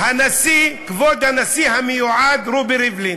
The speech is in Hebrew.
כבוד הנשיא המיועד רובי ריבלין,